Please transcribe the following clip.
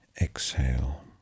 Exhale